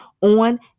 on